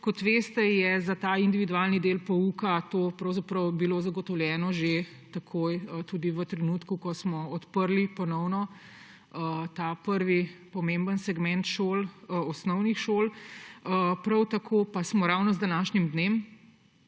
Kot veste, je za ta individualni del pouka to bilo zagotovljeno že takoj v trenutku, ko smo ponovno odprli ta prvi pomemben segment osnovnih šol; prav tako pa smo ravno z današnjim dnem